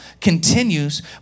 continues